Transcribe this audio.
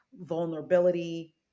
vulnerability